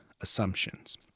assumptions